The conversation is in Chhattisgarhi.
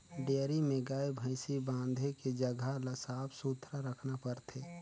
डेयरी में गाय, भइसी बांधे के जघा ल साफ सुथरा रखना परथे